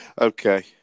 Okay